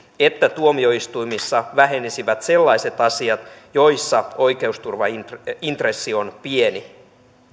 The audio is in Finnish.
että tuomioistuimissa vähenisivät sellaiset asiat joissa oikeusturvaintressi on pieni